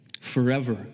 forever